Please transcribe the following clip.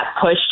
push